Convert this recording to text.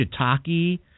shiitake